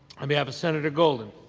on behalf of senator golden,